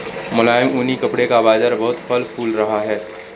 मुलायम ऊनी कपड़े का बाजार बहुत फल फूल रहा है